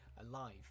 alive